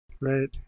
Right